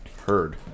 Heard